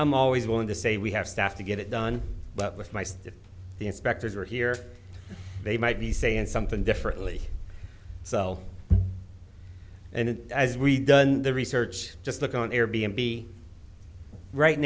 i'm always going to say we have staff to get it done but with my state the inspectors are here they might be saying something differently so and as we done the research just look on air b n b right